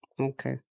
Okay